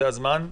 זה הזמן.